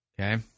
Okay